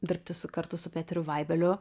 dirbti su kartu su peteriu vaibeliu